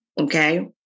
Okay